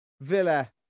villa